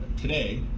today